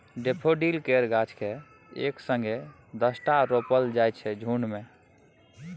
daffodil केर गाछ केँ एक संगे दसटा रोपल जाइ छै झुण्ड मे